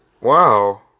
Wow